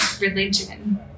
religion